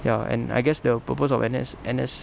ya and I guess the purpose of N_S N_S